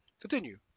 continue